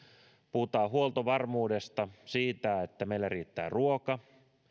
puhutaan huoltovarmuudesta siitä että meillä riittää ruoka